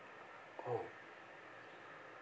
oh